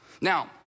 Now